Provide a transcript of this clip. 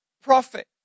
prophet